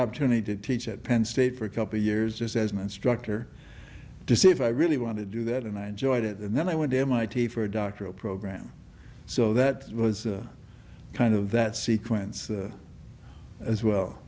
opportunity to teach at penn state for a couple of years just as an instructor to see if i really want to do that and i enjoyed it and then i went to mit for a doctoral program so that was kind of that sequence as well